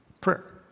Prayer